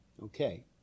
Okay